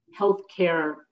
healthcare